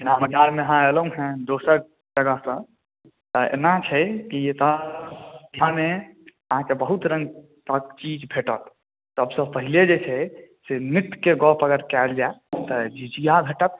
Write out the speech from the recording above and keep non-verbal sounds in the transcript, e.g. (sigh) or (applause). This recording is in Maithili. जेना हमर गाममे अहाँ अयलहुॅं हेँ दोसर तरह सँ तऽ एना छै कि एतऽ (unintelligible) मे अहाँके बहुत रङ्गके चीज भेटत सब से पहले जे छै नृत्यके गप्प अगर कयल जाइ तऽ झिझिया भेटत